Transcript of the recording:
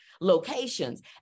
locations